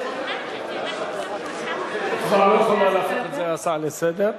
היא כבר לא יכולה לעשות את זה הצעה לסדר,